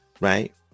right